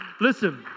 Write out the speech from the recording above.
Listen